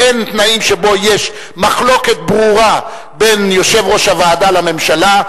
באין תנאים שיש מחלוקת ברורה בין יושב-ראש הוועדה לממשלה,